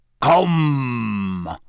Come